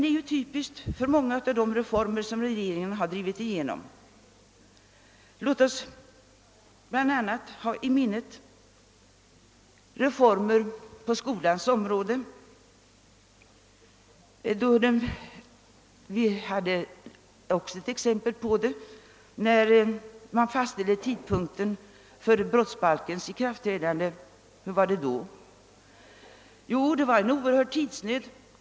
Det är ju typiskt för många av de reformer som regeringen har drivit igenom. Låt oss ha i minnet reformer på skolans område. Vi hade också exempel på det, när man fastställde tidpunkten för brottsbalkens ikraftträdande. Hur var det då? Jo, det var en oerhörd tidsnöd.